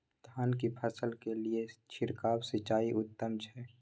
धान की फसल के लिये छिरकाव सिंचाई उत्तम छै?